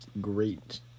great